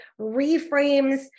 reframes